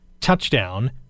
touchdown